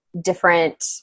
different